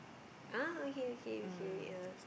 ah okay okay okay ah